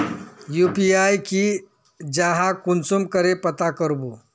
UPI की जाहा कुंसम करे पता करबो?